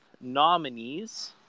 nominees